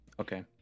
Okay